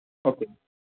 okay